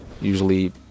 usually